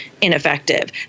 ineffective